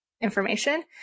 information